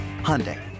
Hyundai